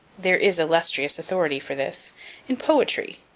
there is illustrious authority for this in poetry.